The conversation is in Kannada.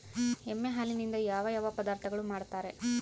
ಎಮ್ಮೆ ಹಾಲಿನಿಂದ ಯಾವ ಯಾವ ಪದಾರ್ಥಗಳು ಮಾಡ್ತಾರೆ?